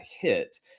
hit